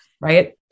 right